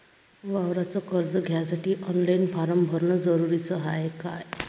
वावराच कर्ज घ्यासाठी ऑनलाईन फारम भरन जरुरीच हाय का?